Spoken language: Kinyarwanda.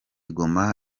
ngoma